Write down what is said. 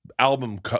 Album